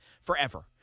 forever